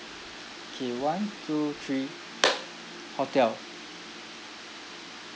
K one two three hotel